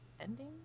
ending